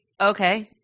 okay